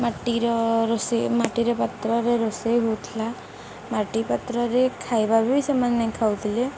ମାଟିର ରୋଷେଇ ମାଟିର ପାତ୍ରରେ ରୋଷେଇ ହେଉଥିଲା ମାଟି ପାତ୍ରରେ ଖାଇବା ବି ସେମାନେ ଖାଉଥିଲେ ଯେ